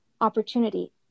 opportunity